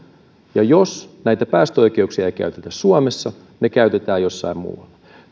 ja jos näitä päästöoikeuksia ei käytetä suomessa ne käytetään jossain muualla